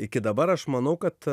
iki dabar aš manau kad